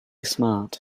smart